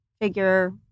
figure